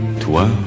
Toi